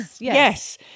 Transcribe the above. Yes